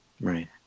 Right